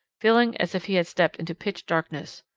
feeling as if he had stepped into pitch darkness.